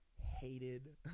hated